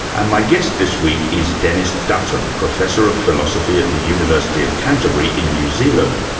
and my guest this week is dennis dutton, professor of philosophy at the university of canterbury in new zealand.